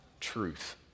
truth